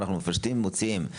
מפשטים ומוציאים,